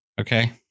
Okay